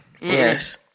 Yes